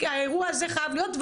האירוע הזה חייב להיות מטופל,